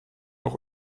auch